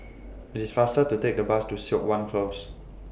IT IS faster to Take The Bus to Siok Wan Close